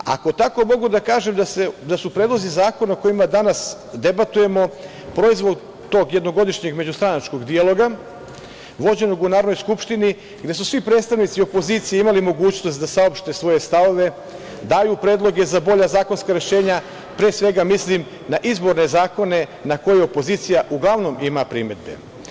Ako tako mogu da kažem da su predlozi zakona o kojima danas debatujemo proizvod tog jednogodišnjeg međustranačkog dijaloga vođenog u Narodnoj skupštini gde su svi predstavnici opozicije imali mogućnost da saopšte svoje stavove, daju predloge za bolja zakonska rešenja, pre svega mislim na izborne zakone na koje opozicija uglavnom ima primedbe.